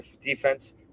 defense